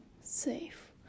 safe